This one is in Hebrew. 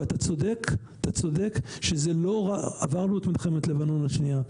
ואתה צודק, עברנו את מלחמת לבנון השנייה.